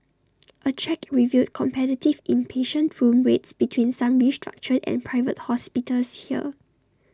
A check revealed competitive inpatient room rates between some restructured and Private Hospitals here